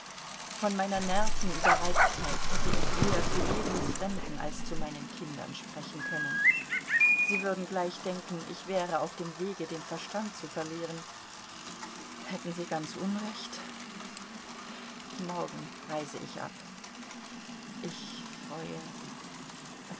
von meiner nerven überreizteit hätte ich eher zu jedem fremden als zu meinen kindern sprechen können sie würden gleich denken ich wäre auf dem wege den verstand zu verlieren hätten sie ganz unrecht morgen reise ich ab ich freue